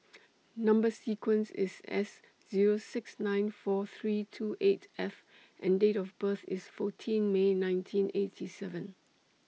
Number sequence IS S Zero six nine four three two eight F and Date of birth IS fourteen May nineteen eighty seven